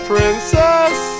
Princess